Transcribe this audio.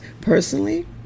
personally